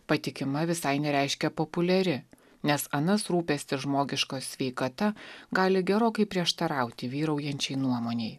patikima visai nereiškia populiari nes anas rūpestis žmogiška sveikata gali gerokai prieštarauti vyraujančiai nuomonei